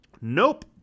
Nope